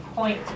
point